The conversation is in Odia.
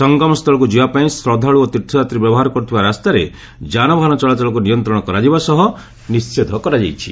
ସଙ୍ଗମସ୍ଥଳକୁ ଯିବା ପାଇଁ ଶ୍ରଦ୍ଧାଳୁ ଓ ତୀର୍ଥଯାତ୍ରୀ ବ୍ୟବହାର କରୁଥିବା ରାସ୍ତାରେ ଯାନବାହାନ ଚଳାଚଳକୁ ନିୟନ୍ତ୍ରଣ କରାଯିବା ସହ ନିଷେଧ କରାଯାଇଛି